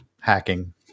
hacking